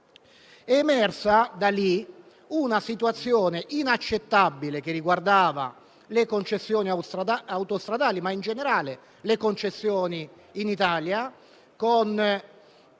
è emersa una situazione inaccettabile che riguardava le concessioni autostradali, ma in generale le concessioni in Italia, con